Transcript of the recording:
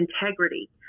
integrity